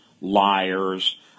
liars